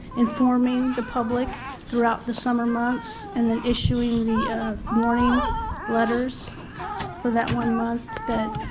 informing the public throughout the summer months and then issuing the warning letters for that one month. that